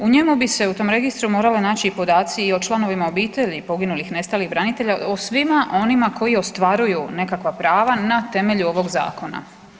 U njemu bi se u tom registru morali naći i podaci o članovima obitelji poginulih, nestalih branitelja, o svima onima koji ostvaruju nekakva prava na temelju ovog Zakona.